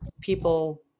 people